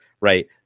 Right